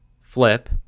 flip